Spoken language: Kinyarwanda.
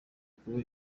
kuba